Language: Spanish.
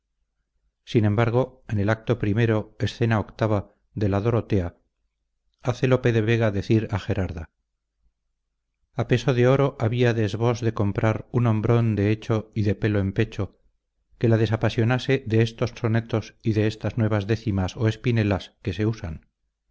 sin embargo en el acto i escena a de la dorotea hace lope de vega decir a gerarda a peso de oro avíades vos de comprar un hombrón de hecho y de pelo en pecho que la desapasionase de estsos sonetos y de estas nuevas décimas o espinelas que se usan